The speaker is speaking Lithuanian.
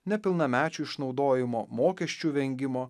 nepilnamečių išnaudojimo mokesčių vengimo